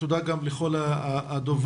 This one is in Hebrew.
תודה גם לכל הדוברים.